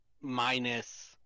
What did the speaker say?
minus